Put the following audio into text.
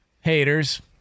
Haters